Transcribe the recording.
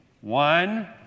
one